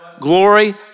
glory